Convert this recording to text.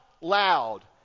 loud